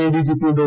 ADGP Dr